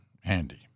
handy